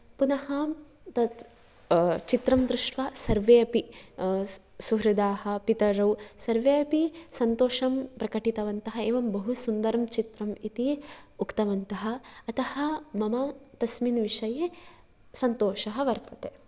पुनः तत् चित्रं दृष्ट्वा सर्वेऽपि सुहृदाः पितरौ सर्वेऽपि सन्तोषं प्रकटितवन्तः एवं बहु सुन्दरं चित्रम् इति उक्तवन्तः अतः मम तस्मिन् विषये सन्तोषः वर्तते